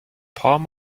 palm